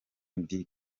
ndi